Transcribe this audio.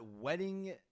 wedding